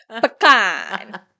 Pecan